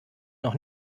noch